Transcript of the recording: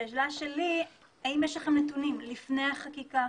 השאלה שלי האם יש לכם נתונים לפני החקיקה,